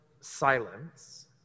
silence